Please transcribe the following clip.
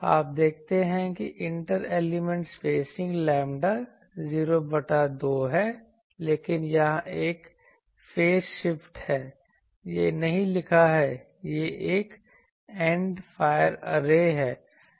आप देखते हैं कि इंटर एलिमेंट स्पेसिंग लैम्ब्डा 0 बटा 2 है लेकिन यहां एक फेज शिफ्ट है यह नहीं लिखा है यह एक एंड फायर ऐरे है